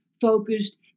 focused